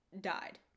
died